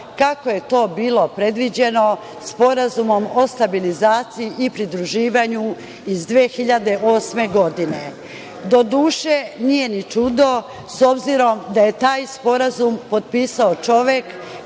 kako je to bilo predviđeno Sporazumom o stabilizaciji i pridruživanju iz 2008. godine. Doduše, nije ni čudo, s obzirom da je taj sporazum potpisao čovek